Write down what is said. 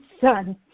son